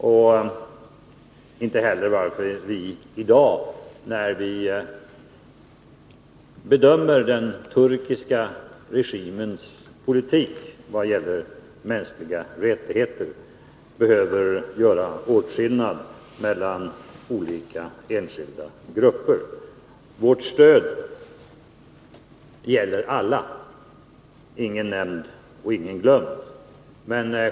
Jag ser inte heller något skäl till att vi i dag, när vi bedömer den turkiska regimens politik vad gäller mänskliga rättigheter, skulle behöva göra åtskillnad mellan olika enskilda grupper. Vårt stöd gäller alla, ingen nämnd och ingen glömd.